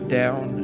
down